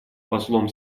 послом